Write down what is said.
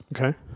Okay